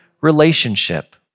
relationship